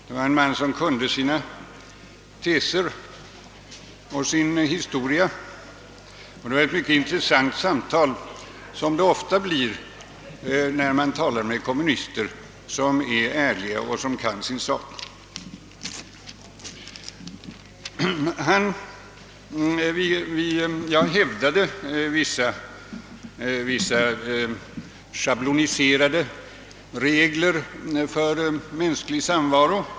Det var en man som kunde sina teser och sin historia. Det var ett mycket intressant samtal som det ofta blir när man talar med kommunister som är ärliga och som kan sin sak. Jag hävdade vissa schabloniserade regler för mänsklig samvaro.